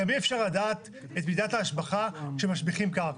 גם אי אפשר לדעת את מידת ההשבחה כשמשביחים קרקע.